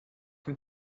from